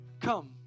come